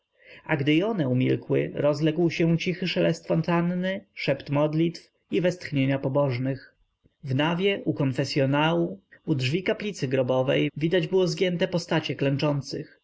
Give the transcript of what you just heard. a gdy i one umilkły rozlegał się cichy szelest fontanny szept modlitw i westchnienia pobożnych w nawie u konfesyonału u drzwi kaplicy grobowej widać było zgięte postacie klęczących